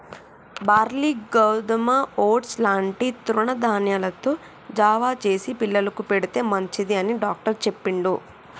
barley గోధుమ oats లాంటి తృణ ధాన్యాలతో జావ చేసి పిల్లలకు పెడితే మంచిది అని డాక్టర్ చెప్పిండు